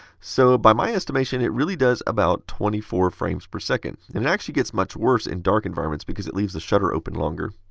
so, by my estimation, it really does about twenty four frames per second, and it actually gets much worse in dark environments because it leaves the shutter open longer.